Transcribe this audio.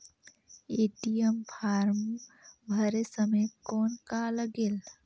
ATM form भरे समय कौन का लगेल?